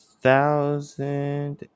thousand